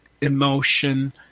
emotion